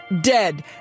dead